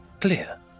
clear